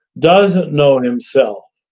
doesn't know himself,